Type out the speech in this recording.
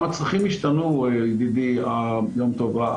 גם הצרכים השתנו, ידידי, יום טוב.